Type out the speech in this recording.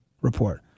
report